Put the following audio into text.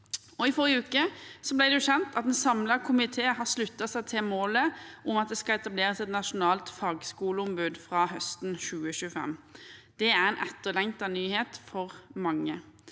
i forrige uke ble kjent at en samlet komité har sluttet seg til målet om at det skal etableres et nasjonalt fagskoleombud fra høsten 2025. Det er en etterlengtet nyhet for mange